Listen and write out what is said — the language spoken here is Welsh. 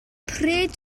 pryd